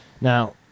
Now